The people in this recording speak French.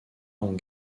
ont